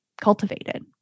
cultivated